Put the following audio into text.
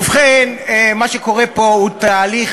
ובכן, אנחנו לכאורה מדברים על עניין